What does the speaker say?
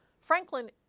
Franklin